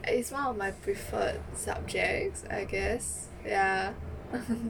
it is one of my preferred subjects I guess ya